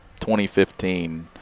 2015